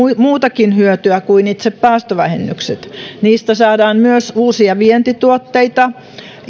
muutakin hyötyä kuin itse päästövähennykset niistä saadaan myös uusia vientituotteita